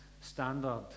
standard